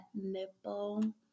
Nipple